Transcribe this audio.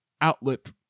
outlet